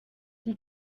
die